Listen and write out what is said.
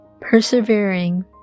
persevering